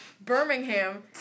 Birmingham